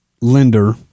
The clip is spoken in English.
lender